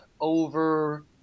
over